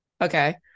Okay